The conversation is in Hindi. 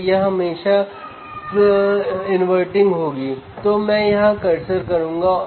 यह फ़ीडबैक प्रतिरोधों पर निर्भर करता है